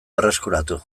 berreskuratu